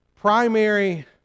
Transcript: primary